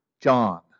John